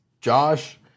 Josh